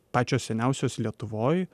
pačios seniausios lietuvoj